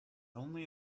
only